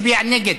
מצביע נגד,